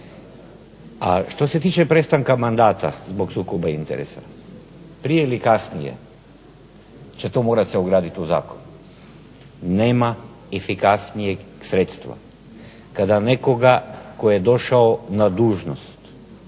A što se tiče prestanka mandata zbog sukoba interesa. Prije ili kasnije će to morati se ugraditi u zakon. Nema efikasnijeg sredstva kada nekoga tko je došao na dužnost